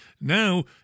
Now